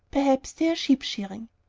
perhaps they're sheep-shearing.